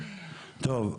אוקיי.